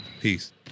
peace